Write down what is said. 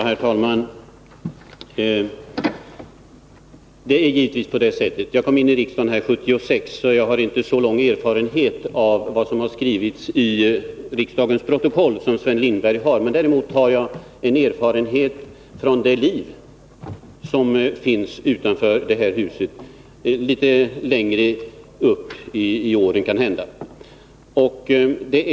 Herr talman! Det är givetvis på det sättet. Jag kom in i riksdagen 1976, varför jag inte har lika lång erfarenhet som Sven Lindberg av vad som skrivits i riksdagens protokoll. Däremot har jag erfarenhet av det liv som finns utanför det här huset — kanske litet längre erfarenhet också än Sven Lindberg.